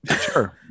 Sure